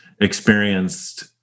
experienced